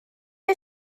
wyt